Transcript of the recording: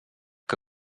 que